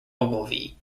ogilvie